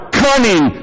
cunning